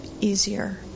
easier